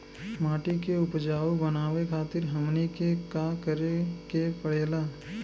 माटी के उपजाऊ बनावे खातिर हमनी के का करें के पढ़ेला?